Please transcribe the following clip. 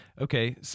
okay